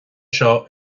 seo